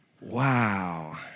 Wow